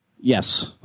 Yes